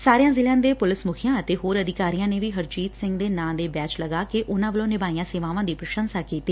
ਸਾਰਿਆਂ ਜ਼ਿਲ੍ਜਿਆਂ ਦੇ ਪੁਲਿਸ ਮੁਖੀਆਂ ਅਤੇ ਹੋਰ ਅਧਿਕਾਰੀਆਂ ਨੇ ਵੀ ਹਰਜੀਤ ਸਿੰਘ ਦੇ ਨਾਂ ਦੇ ਬੈਜ ਲਗਾ ਕੇ ਉਨੂਾ ਵੱਲੋਂ ਨਿਭਾਈਆ ਸੇਵਾਵਾਂ ਦੀ ਪ੍ਰਸੰਸਾ ਕੀਤੀ